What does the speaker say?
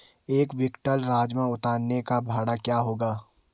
एक क्विंटल राजमा उतारने का भाड़ा क्या होगा?